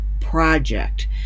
Project